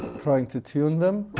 trying to tune them